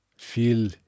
feel